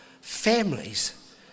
families